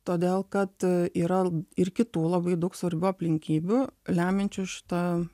todėl kad yra ir kitų labai daug svarbių aplinkybių lemiančių šitą